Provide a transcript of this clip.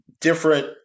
different